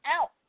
out